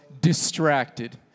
distracted